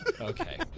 Okay